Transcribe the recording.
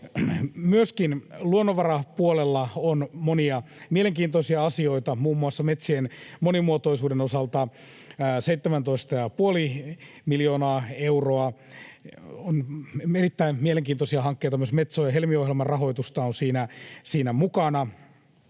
Myöskin luonnonvarapuolella on monia mielenkiintoisia asioita, muun muassa metsien monimuotoisuuden osalta 17,5 miljoonaa euroa. On erittäin mielenkiintoisia hankkeita, myös Metso‑ ja Helmi-ohjelman rahoitusta on siinä mukana.